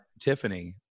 Tiffany